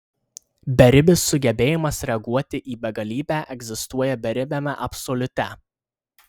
beribis sugebėjimas reaguoti į begalybę egzistuoja beribiame absoliute